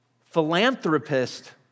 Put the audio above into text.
philanthropist